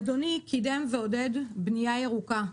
אדוני קידם ועודד בנייה ירוקה.